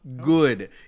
good